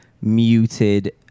muted